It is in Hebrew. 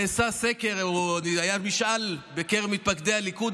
נעשה סקר, או היה משאל בקרב מתפקדי הליכוד.